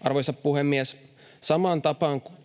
Arvoisa puhemies! Samaan tapaan